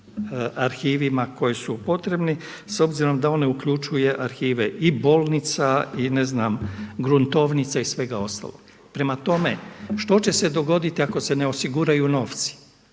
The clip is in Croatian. arhivima koji su potrebni, s obzirom da ono uključuje i arhive i bolnica i ne znam gruntovnica i svega ostalog. Prema tome, što će se dogoditi ako se ne osiguraju novci?